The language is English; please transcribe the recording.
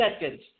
seconds